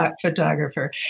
photographer